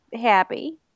happy